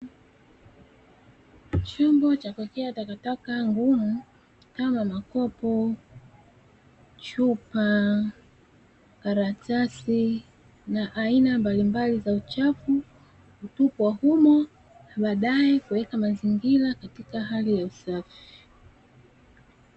Chombo cha kuwekea takataka ngumu kama: makopo, chupa, karatasi na aina mbalimbali za uchafu, hutupwa humo, badaye kuweka mazingira katika hali ya usafi.